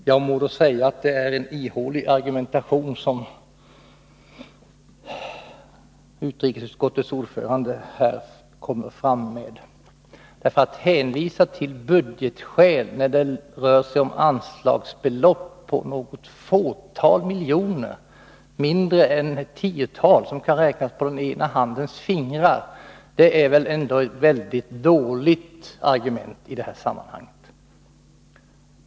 Herr talman! Jag måste säga att det är ett ihåligt resonemang som utrikesutskottets ordförande här för. Att hänvisa till budgetskäl när det rör sig om anslagsbelopp på något fåtal miljoner — antalet kan räknas på ena handens fingrar — är väl ett mycket dåligt argument i detta sammanhang.